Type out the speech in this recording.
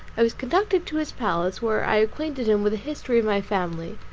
i was conducted to his palace, where i acquainted him with the history of my family,